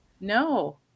No